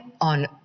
on